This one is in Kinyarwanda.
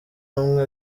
bamwe